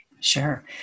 Sure